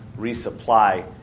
resupply